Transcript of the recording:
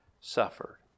suffered